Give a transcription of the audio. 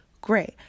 great